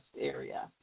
area